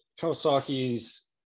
Kawasaki's